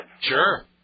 Sure